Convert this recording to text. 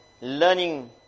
learning